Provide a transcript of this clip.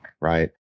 right